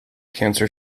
cancer